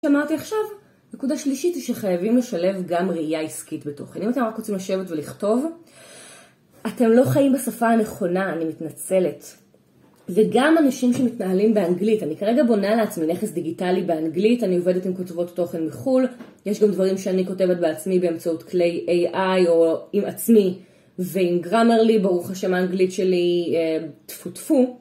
שאמרתי עכשיו, נקודה שלישית היא שחייבים לשלב גם ראייה עסקית בתוכן. אם אתם רק רוצים לשבת ולכתוב, אתם לא חיים בשפה הנכונה, אני מתנצלת. וגם אנשים שמתנהלים באנגלית, אני כרגע בונה לעצמי נכס דיגיטלי באנגלית, אני עובדת עם כותבות תוכן מחו”ל, יש גם דברים שאני כותבת בעצמי באמצעות כליי AI או עם עצמי ועם grammerly, ברוך השם האנגלית שלי, טפו טפו.